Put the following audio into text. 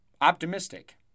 optimistic